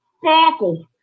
Sparkle